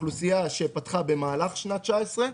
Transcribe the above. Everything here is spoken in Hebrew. אוכלוסייה שפתחה במהלך שנת 2019,